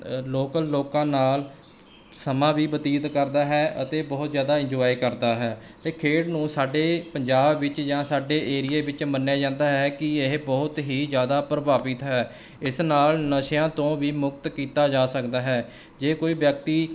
local ਲੋਕਾਂ ਨਾਲ ਸਮਾਂ ਵੀ ਬਤੀਤ ਕਰਦਾ ਹੈ ਅਤੇ ਬਹੁਤ ਜ਼ਿਆਦਾ ਇੰਜੋਏ ਕਰਦਾ ਹੈ ਅਤੇ ਖੇਡ ਨੂੰ ਸਾਡੇ ਪੰਜਾਬ ਵਿੱਚ ਜਾਂ ਸਾਡੇ ਏਰੀਏ ਵਿੱਚ ਮੰਨਿਆ ਜਾਂਦਾ ਹੈ ਕਿ ਇਹ ਬਹੁਤ ਹੀ ਜ਼ਿਆਦਾ ਪ੍ਰਭਾਵਿਤ ਹੈ ਇਸ ਨਾਲ ਨਸ਼ਿਆਂ ਤੋਂ ਵੀ ਮੁਕਤ ਕੀਤਾ ਜਾ ਸਕਦਾ ਹੈ ਜੇ ਕੋਈ ਵਿਅਕਤੀ